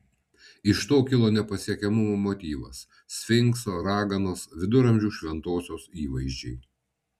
iš to kilo nepasiekiamumo motyvas sfinkso raganos viduramžių šventosios įvaizdžiai